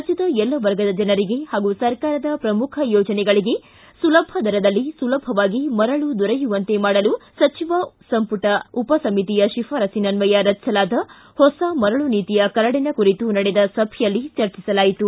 ರಾಜ್ಯದ ಎಲ್ಲ ವರ್ಗದ ಜನರಿಗೆ ಹಾಗೂ ಸರ್ಕಾರದ ಪ್ರಮುಖ ಯೋಜನೆಗಳಿಗೆ ಸುಲಭ ದರದಲ್ಲಿ ಸುಲಭವಾಗಿ ಮರಳು ದೊರೆಯುವಂತೆ ಮಾಡಲು ಸಚಿವ ಸಂಪುಟ ಉಪ ಸಮಿತಿಯ ಶಿಫಾರಸ್ತಿನನ್ವಯ ರಚಿಸಲಾದ ಹೊಸ ಮರಳು ನೀತಿಯ ಕರಡಿನ ಕುರಿತು ನಡೆದ ಸಭೆಯಲ್ಲಿ ಚರ್ಚಿಸಲಾಯಿತು